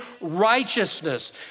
righteousness